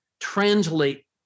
translate